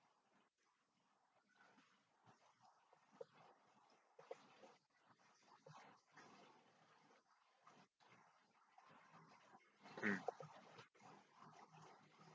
mm